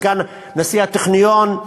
סגן נשיא הטכניון.